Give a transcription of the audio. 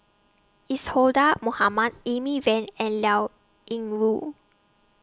Isadhora Mohamed Amy Van and Liao Yingru